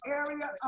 area